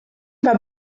war